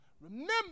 Remember